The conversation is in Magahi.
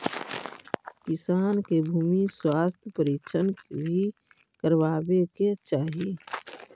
किसान के भूमि स्वास्थ्य परीक्षण भी करवावे के चाहि